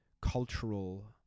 cultural